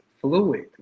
fluid